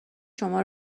شما